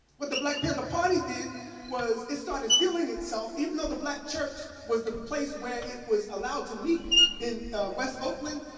what the black panther party did was it started feeling itself, even though the black church was the place where it was allowed to meet in west oakland,